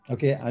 Okay